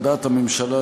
על דעת הממשלה,